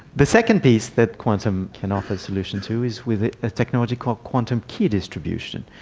the second piece that quantum can offer a solution to is with a technology called quantum key distribution,